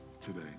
today